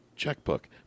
checkbook